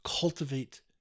cultivate